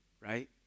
right